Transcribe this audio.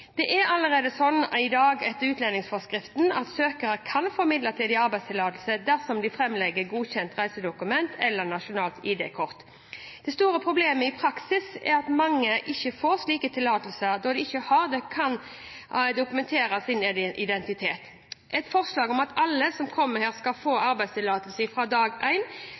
Det er allerede sånn i dag etter utlendingsforskriften at søkere kan få midlertidig arbeidstillatelse dersom de framlegger godkjent reisedokument eller nasjonalt ID-kort. Det store problemet i praksis er at mange ikke får slike tillatelser, da de ikke kan dokumentere sin identitet. Når det gjelder forslag om at alle som kommer hit, skal få arbeidstillatelse fra dag